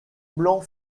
blanc